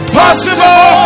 possible